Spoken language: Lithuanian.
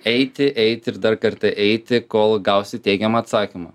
eiti eiti ir dar kartą eiti kol gausi teigiamą atsakymą